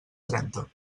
trenta